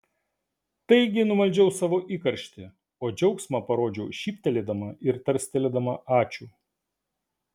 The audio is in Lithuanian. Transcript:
taigi numaldžiau savo įkarštį o džiaugsmą parodžiau šyptelėdama ir tarstelėdama ačiū